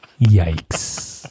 Yikes